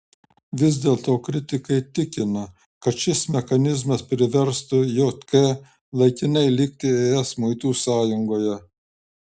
vis dėlto kritikai tikina kad šis mechanizmas priverstų jk laikinai likti es muitų sąjungoje